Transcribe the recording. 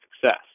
success